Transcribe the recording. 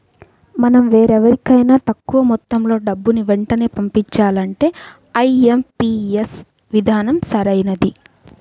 మనం వేరెవరికైనా తక్కువ మొత్తంలో డబ్బుని వెంటనే పంపించాలంటే ఐ.ఎం.పీ.యస్ విధానం సరైనది